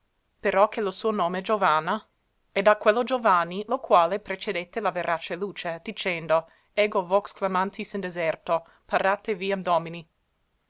però che lo suo nome giovanna è da quello giovanni lo quale precedette la verace luce dicendo ego vox clamantis in deserto parate viam domini